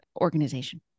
organization